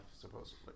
supposedly